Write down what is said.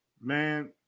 Man